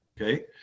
Okay